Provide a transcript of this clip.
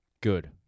good